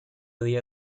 día